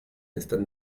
están